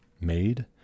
made